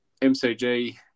MCG